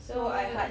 so